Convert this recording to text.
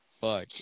Fuck